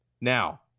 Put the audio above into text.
Now